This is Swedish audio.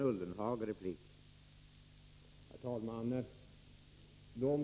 Herr talman!